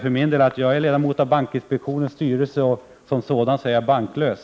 För min del är jag ledamot av bankinspektionens styrelse, och som sådan är jag banklös.